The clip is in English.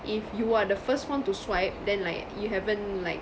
if you are the first one to swipe then like you haven't like